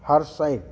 hershey